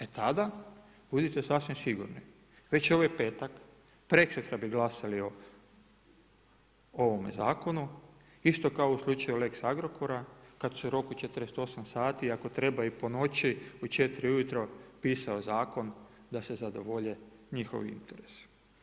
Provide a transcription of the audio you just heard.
E tada budite sasvim sigurni već ovaj petak, preksutra bi glasali o ovome zakonu, isto kao u slučaju lex Agrokora kada su roku 48 sati, ako treba i po noći u 4 ujutro pisao zakon da se zadovolje njihovi interesi.